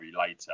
later